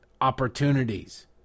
opportunities